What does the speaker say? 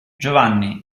giovanni